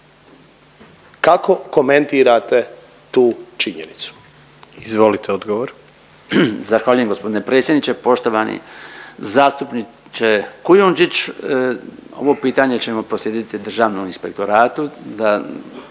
Kako komentirate tu činjenicu? **Jandroković,